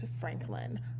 Franklin